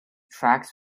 tracks